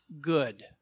good